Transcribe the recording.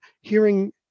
hearing